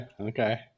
okay